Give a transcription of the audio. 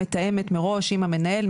מתאמת מראש עם המנהל,